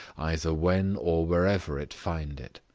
either when or wherever it find it.